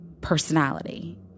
personality